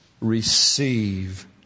receive